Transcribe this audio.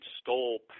stole